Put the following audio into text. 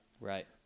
Right